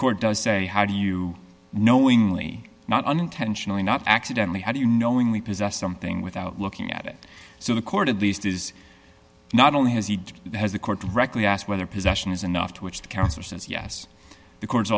court does say how do you know we're really not unintentionally not accidentally how do you knowingly possess something without looking at it so the court at least is not only has he has a court directly asked whether possession is enough to which the counselor says yes